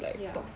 ya